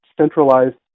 centralized